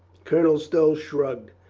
colonel stow shrugged.